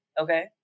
Okay